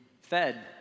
fed